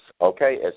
okay